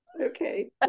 Okay